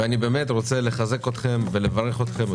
ואני באמת רוצה לחזק אתכם ולברך אתכם,